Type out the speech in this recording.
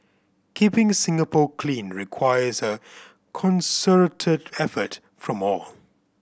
keeping Singapore clean requires a concerted effort from all